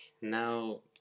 now